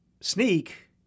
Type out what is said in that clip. sneak